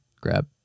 grab